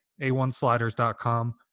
a1sliders.com